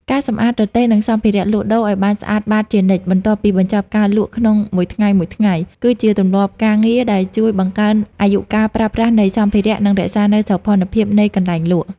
ការសម្អាតរទេះ និងសម្ភារៈលក់ដូរឱ្យបានស្អាតបាតជានិច្ច បន្ទាប់ពីបញ្ចប់ការលក់ក្នុងមួយថ្ងៃៗ គឺជាទម្លាប់ការងារដែលជួយបង្កើនអាយុកាលប្រើប្រាស់នៃសម្ភារៈ និងរក្សានូវសោភ័ណភាពនៃកន្លែងលក់។